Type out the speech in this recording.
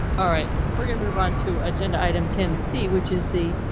alright, we're going to move on to agenda item ten c, which is the.